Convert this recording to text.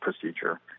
procedure